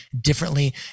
differently